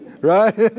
Right